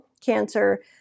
cancer